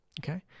okay